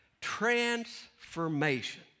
Transformation